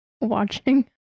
watching